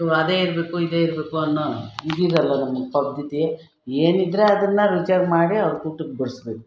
so ಅದೇ ಇರಬೇಕು ಇದೇ ಇರಬೇಕು ಅನ್ನೋ ಇದಿರೋಲ್ಲ ನಮಗೆ ಪರಿಸ್ಥಿತಿ ಏನಿದ್ರೆ ಅದನ್ನು ರುಚಿಯಾಗಿ ಮಾಡಿ ಅವ್ರ್ಗೆ ಊಟಕ್ಕೆ ಬಡಿಸ್ಬೇಕು